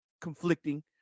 conflicting